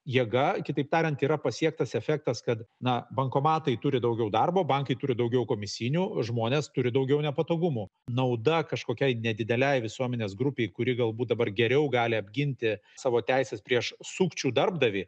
jėga kitaip tariant tai yra pasiektas efektas kad na bankomatai turi daugiau darbo bankai turi daugiau komisinių žmonės turi daugiau nepatogumų nauda kažkokiai nedidelei visuomenės grupei kuri galbūt dabar geriau gali apginti savo teises prieš sukčių darbdavį